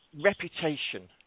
reputation